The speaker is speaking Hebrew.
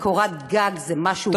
כי קורת גג זה משהו בסיסי.